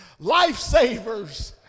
Lifesavers